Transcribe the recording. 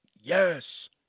yes